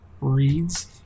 reads